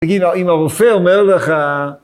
תגיד אם הרופא אומר לך...